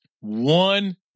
one